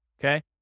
Okay